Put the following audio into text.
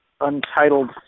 untitled